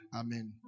amen